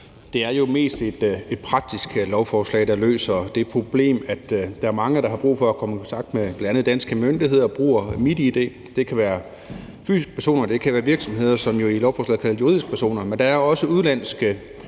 Det er jo mest et praktisk lovforslag, der løser det problem, at der er mange, der har brug for at komme i kontakt med bl.a. danske myndigheder, som bruger MitID. Det kan være fysiske personer, og det kan være virksomheder, som jo i lovforslaget kaldes juridiske personer, men der er også udenlandske